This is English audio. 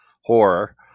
horror